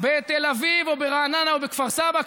ביהודה ושומרון,